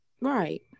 right